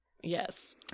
yes